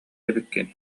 эбиккин